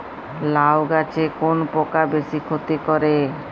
লাউ গাছে কোন পোকা বেশি ক্ষতি করে?